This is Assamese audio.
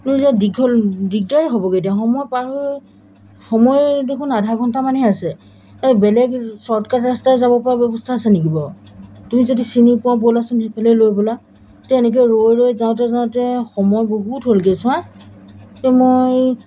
কিন্তু এতিয়া দীঘল দিগদাৰেই হ'বগৈ এতিয়া সময় পাৰ হৈ সময় দেখোন আধা ঘণ্টামানহে আছে এই বেলেগ শ্বৰ্টকাট ৰাস্তাই যাবপৰা ব্যৱস্থা আছে নেকি বাৰু তুমি যদি চিনি পোৱা ব'লাচোন সেইফালে লৈ ব'লা এতিয়া এনেকৈ ৰৈ ৰৈ যাওঁতে যাওঁতে সময় বহুত হ'লগৈ চোৱা এই মই